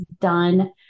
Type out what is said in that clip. done